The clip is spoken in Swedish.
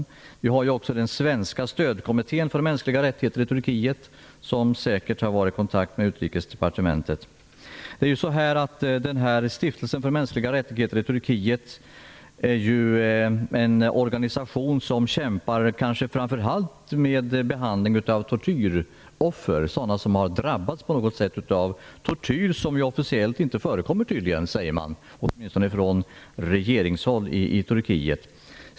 Dessutom har säkerligen den svenska stödkommittén för mänskliga rättigheter i Turkiet varit i kontakt med Utrikesdepartementet. Stiftelsen för mänskliga rättigheter i Turkiet är en organisation som kanske framför allt kämpar med behandling av tortyroffer. Tortyr sägs tydligen officiellt, åtminstone från turkiskt regeringshåll, inte förekomma i Turkiet.